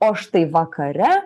o štai vakare